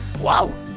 Wow